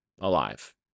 alive